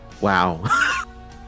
Wow